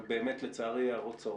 אבל באמת, לצערי, הערות קצרות.